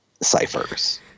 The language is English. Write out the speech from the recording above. ciphers